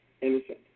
innocent